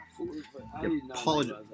apologize